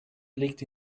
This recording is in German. liegt